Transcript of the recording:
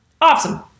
awesome